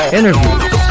interviews